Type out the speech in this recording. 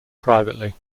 privately